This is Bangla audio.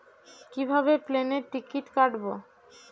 কিভাবে প্লেনের টিকিট কাটব?